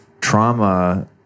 trauma